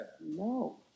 No